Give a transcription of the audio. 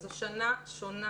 זו שנה שונה.